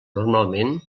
normalment